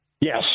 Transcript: Yes